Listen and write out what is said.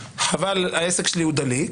העסק שלי הוא דליק.